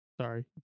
sorry